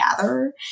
gather